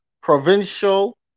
provincial